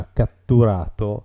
catturato